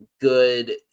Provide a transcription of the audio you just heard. good